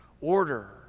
order